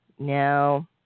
Now